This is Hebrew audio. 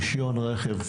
רשיון רכב,